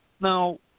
Now